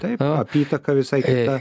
taip apytaka visai kita